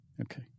Okay